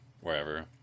wherever